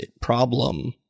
problem